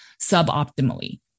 suboptimally